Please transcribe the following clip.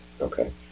Okay